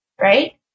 right